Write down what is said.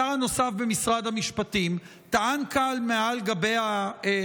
השר הנוסף במשרד המשפטים, טען כאן, מעל הדוכן,